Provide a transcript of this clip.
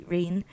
Rain